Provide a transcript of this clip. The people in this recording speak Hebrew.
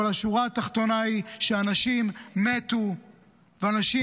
--- אבל השורה התחתונה היא שאנשים מתו ואנשים